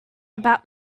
about